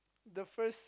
the first